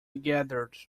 gathered